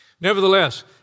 Nevertheless